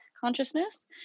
consciousness